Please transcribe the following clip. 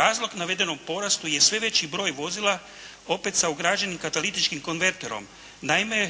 razlog navedenom porastu je sve veći broj vozila, opet sa ugrađenim katalitičkim konverterom. Naime,